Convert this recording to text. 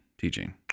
teaching